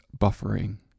buffering